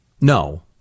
No